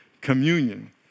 Communion